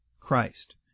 Christ